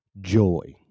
joy